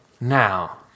Now